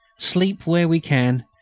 sleep where we can,